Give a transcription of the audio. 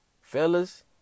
Fellas